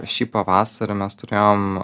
šį pavasarį mes turėjom